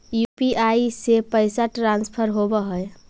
UPI से पैसा transfer होवहै?